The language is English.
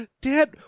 Dad